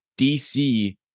DC